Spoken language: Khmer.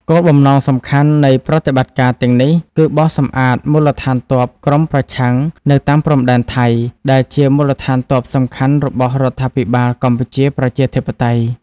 គោលបំណងសំខាន់នៃប្រតិបត្តិការទាំងនេះគឺបោសសម្អាតមូលដ្ឋានទ័ពក្រុមប្រឆាំងនៅតាមព្រំដែនថៃ ដែលជាមូលដ្ឋានទ័ពសំខាន់របស់រដ្ឋាភិបាលកម្ពុជាប្រជាធិបតេយ្យ ។